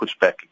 pushback